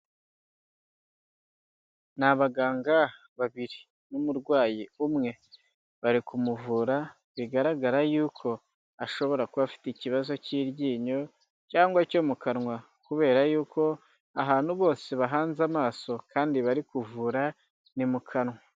Ni abaganga babiri n'umurwayi umwe, bari kumuvura bigaragara yuko ashobora kuba afite ikibazo cy'iryinyo cyangwa cyo mu kanwa kubera yuko ahantu bose bahanze amaso kandi bari kuvura ni mu kanwa.